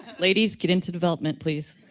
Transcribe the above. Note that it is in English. ladies, get into development please.